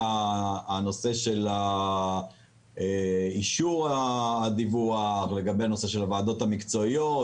לגבי אישור הדיווח והוועדות המקצועיות,